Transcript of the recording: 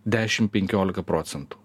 dešim penkiolika procentų